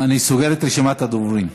אני סוגר את רשימת הדוברים.